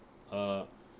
uh